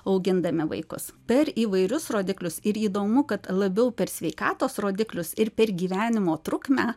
augindami vaikus per įvairius rodiklius ir įdomu kad labiau per sveikatos rodiklius ir per gyvenimo trukmę